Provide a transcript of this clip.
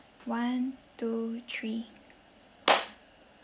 one two three